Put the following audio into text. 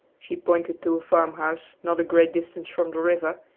she pointed to a farmhouse not a great distance from the river,